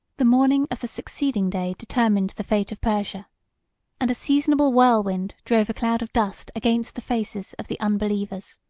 the morning of the succeeding day determined the fate of persia and a seasonable whirlwind drove a cloud of dust against the faces of the unbelievers.